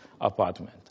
apartment